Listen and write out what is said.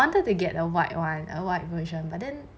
wanted to get a white one a white version but then